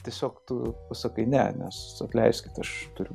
tiesiog tu pasakai ne nes atleiskit aš turiu